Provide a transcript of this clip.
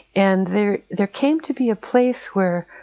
and there there came to be a place where,